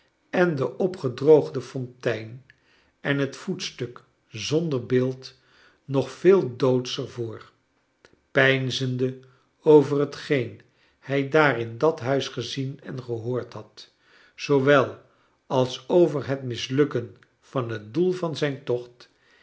en de opgedroogde fontein en het voetstuk zonder beeld nog veel doodscher voor peinzende over hetgeen hij daar in dat huis gezien en gehoord had zoowel als over het mislukken van het doel van zijn tocht